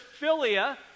philia